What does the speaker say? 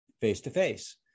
face-to-face